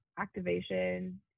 activation